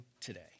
today